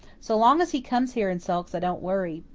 so long as he comes here and sulks i don't worry.